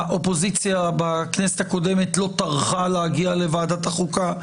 האופוזיציה בכנסת הקודמת לא טרחה להגיע לוועדת החוקה,